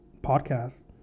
podcast